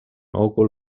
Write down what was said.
òcul